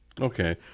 Okay